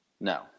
no